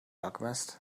alchemist